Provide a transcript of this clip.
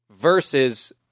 versus